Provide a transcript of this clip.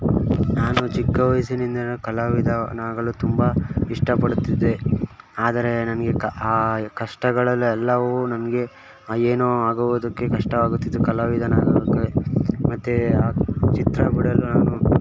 ನಾನು ಚಿಕ್ಕ ವಯಸ್ಸಿನಿಂದಾನು ಕಲಾವಿದನಾಗಲು ತುಂಬ ಇಷ್ಟಪಡುತ್ತಿದ್ದೆ ಆದರೆ ನನಗೆ ಆ ಕಷ್ಟಗಳಲ್ಲಿ ಎಲ್ಲವೂ ನನಗೆ ಏನೋ ಆಗುವುದಕ್ಕೆ ಕಷ್ಟ ಆಗುತ್ತಿತ್ತು ಕಲಾವಿದನಾಗೋದಕ್ಕೆ ಮತ್ತು ಚಿತ್ರ ಬಿಡಲು ನಾನು